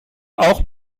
auch